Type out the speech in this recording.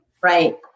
Right